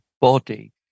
body